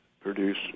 produce